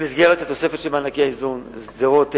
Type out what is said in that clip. במסגרת התוספת של מענקי האיזון שדרות תיהנה.